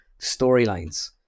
storylines